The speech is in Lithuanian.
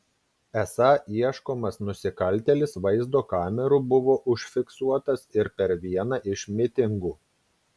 esą ieškomas nusikaltėlis vaizdo kamerų buvo užfiksuotas ir per vieną iš mitingų